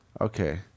Okay